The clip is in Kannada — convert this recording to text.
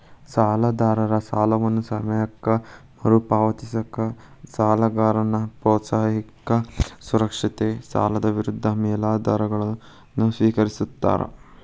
ಸಾಲದಾತರ ಸಾಲವನ್ನ ಸಮಯಕ್ಕ ಮರುಪಾವತಿಸಕ ಸಾಲಗಾರನ್ನ ಪ್ರೋತ್ಸಾಹಿಸಕ ಸುರಕ್ಷಿತ ಸಾಲದ ವಿರುದ್ಧ ಮೇಲಾಧಾರವನ್ನ ಸ್ವೇಕರಿಸ್ತಾರ